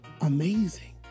amazing